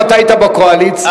אם היית בקואליציה,